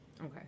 Okay